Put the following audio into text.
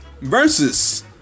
versus